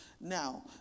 Now